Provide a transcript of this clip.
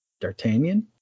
D'Artagnan